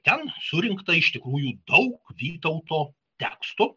ten surinkta iš tikrųjų daug vytauto tekstų